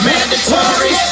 Mandatory